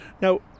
Now